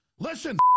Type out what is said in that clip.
Listen